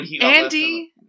Andy